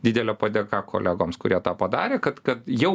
didelė padėka kolegoms kurie tą padarė kad kad jau